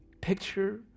picture